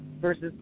versus